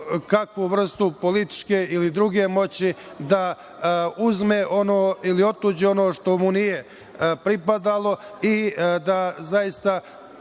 kakvu vrstu političke ili druge moći da uzme ili otuđi ono što mu nije pripadalo i da zaista